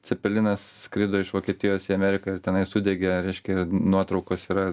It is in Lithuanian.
cepelinas skrido iš vokietijos į ameriką ir tenai sudegė reiškia ir nuotraukos yra